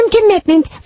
commitment